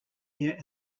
here